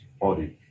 body